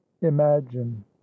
imagine